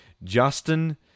Justin